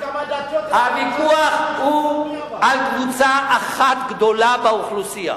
הוויכוח הוא על קבוצה אחת גדולה באוכלוסייה,